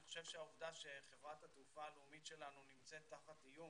אני חושב שהעובדה שחברת התעופה הלאומית שלנו נמצאת תחת איום,